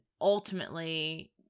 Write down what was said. ultimately